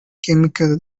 chemical